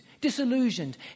disillusioned